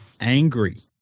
angry